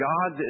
God